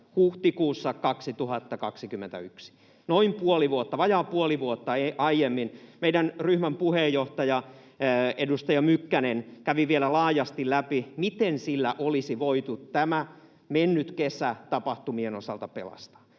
huhtikuussa 2021, vajaa puoli vuotta aiemmin. Meidän ryhmän puheenjohtaja, edustaja Mykkänen kävi vielä laajasti läpi, miten sillä olisi voitu tämä mennyt kesä tapahtumien osalta pelastaa.